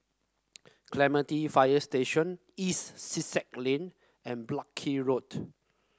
Clementi Fire Station East Sussex Lane and Buckley Road